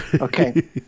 Okay